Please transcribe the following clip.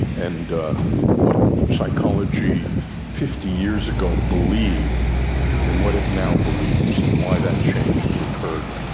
and what psychology fifty years ago believed and what it now believes, and why that change has occurred.